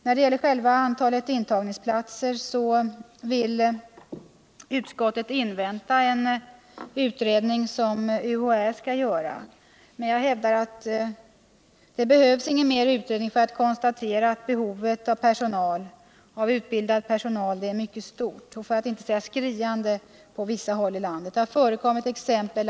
När det gäller antalet intagningsplatser vill utskottet invänta en utredning som UHÄ skall göra. Men jag hävdar att det inte behövs ytterligare utredning för att konstatera att behovet av personal — utbildad personal — är mycket stort, för att inte säga skriande på vissa håll i landet. Det hart.ex.